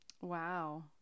Wow